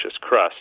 crust